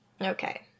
Okay